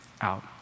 out